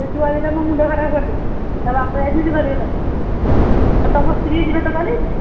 ସେ ଛୁଆ ଦୁଇଟା ମୋ ମୁଣ୍ଡ ଖରାପ କରିଦେବେ ତା ବାପ ଯାଇଥିଲେ ସିଏ ଧରିବେ ତାଙ୍କୁ ଆଉ ତମ ସ୍ତ୍ରୀ ଯିବେ ତ କାଲି